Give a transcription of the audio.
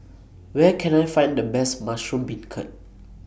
Where Can I Find The Best Mushroom Beancurd